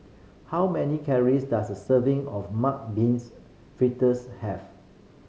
how many calories does a serving of mung beans fritters have